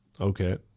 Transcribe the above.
Okay